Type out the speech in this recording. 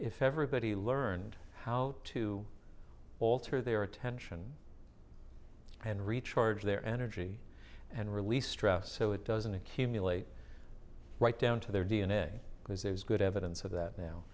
if everybody learned how to alter their attention and recharge their energy and release stress so it doesn't accumulate right down to their d n a because there's good evidence of that now